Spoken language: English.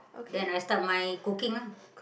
then I start my cooking lah